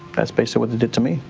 that's basically what they did to me.